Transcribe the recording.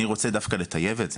אני רוצה דווקא לטייב את זה.